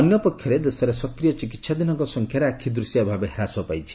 ଅନ୍ୟ ପକ୍ଷରେ ଦେଶରେ ସକ୍ରିୟ ଚିକିହାଧୀନଙ୍କ ସଂଖ୍ୟାରେ ଆଖିଦୃଶିଆ ଭାବେ ହ୍ରାସ ପାଇଛି